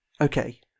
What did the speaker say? Okay